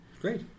Great